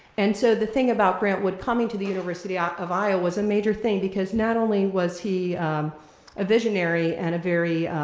and so, the thing about grant wood coming to the university ah of iowa is a major thing, because not only was he a visionary and a very